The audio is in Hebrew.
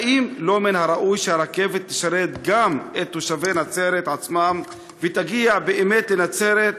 האם לא מן הראוי שהרכבת תשרת גם את תושבי נצרת עצמם ותגיע באמת לנצרת,